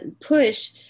push